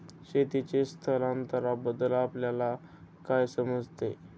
शेतीचे स्थलांतरबद्दल आपल्याला काय समजते?